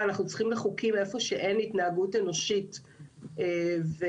לחוקק חוקים במקום שאין התנהגות אנושית ומוסרית.